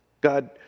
God